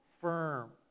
firm